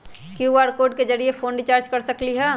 QR code के जरिय phone recharge कर सकली ह?